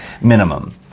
minimum